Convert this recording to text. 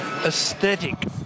aesthetic